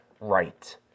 right